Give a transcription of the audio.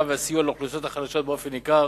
והסיוע לאוכלוסיות החלשות באופן ניכר.